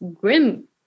Grim